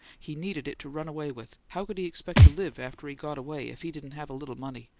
he needed it to run away with! how could he expect to live, after he got away, if he didn't have a little money?